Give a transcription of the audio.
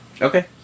Okay